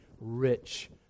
rich